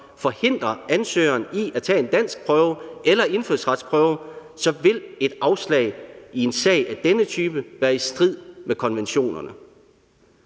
forhindrer ansøgeren i at tage en danskprøve eller indfødsretsprøve, så vil et afslag i en sag af denne type være i strid med konventionerne.